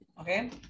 Okay